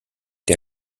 der